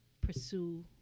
pursue